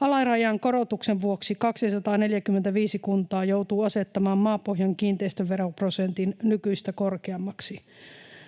Alarajan korotuksen vuoksi 245 kuntaa joutuu asettamaan maapohjan kiinteistöveroprosentin nykyistä korkeammaksi.